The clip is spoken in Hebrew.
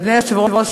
אדוני היושב-ראש,